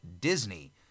Disney